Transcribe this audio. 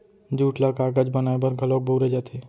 jute ल कागज बनाए बर घलौक बउरे जाथे